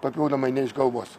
papildomai neišgalvos